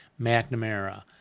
McNamara